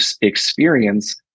experience